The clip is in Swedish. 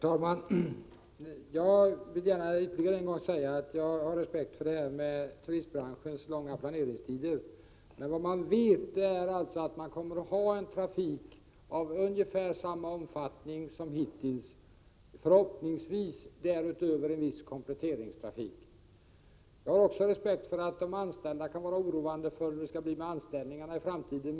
Herr talman! Jag vill gärna ytterligare en gång säga att jag har respekt för turistbranschens långa planeringstider. Det man vet är att trafiken kommer att vara av ungefär samma omfattning som hittills, förhoppningsvis med en viss kompletteringstrafik därutöver. Jag har också respekt för att de anställda kan vara oroade för hur det skall bli med anställningarna i framtiden.